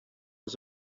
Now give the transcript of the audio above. was